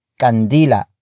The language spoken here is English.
Candila